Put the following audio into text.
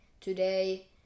today